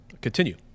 continue